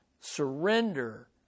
surrender